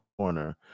corner